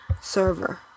server